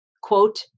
quote